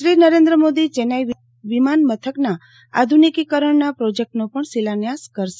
શ્રી નરેન્દ્ર મોદી ચેન્નાઇ વિમાનમથકના આધુનિકીકરણ પ્રોજેક્ટનો પણ શિલાન્યાસ કરશે